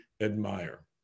admire